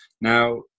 Now